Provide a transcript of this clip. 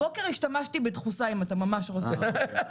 הבוקר השתמשתי בדחוסה, אם אתה ממש רוצה לדעת.